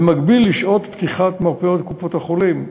במקביל לשעות פתיחת מרפאות קופות-החולים,